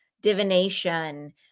divination